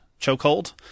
chokehold